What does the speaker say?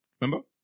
Remember